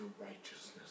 righteousness